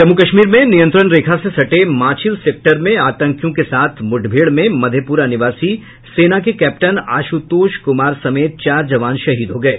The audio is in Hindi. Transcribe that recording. जम्मू कश्मीर में नियंत्रण रेखा से सटे माछिल सेक्टर में आतंकियों के साथ मुठभेड़ में मधेपुरा निवासी सेना के कैप्टन आशुतोष कुमार समेत चार जवान शहीद हो गये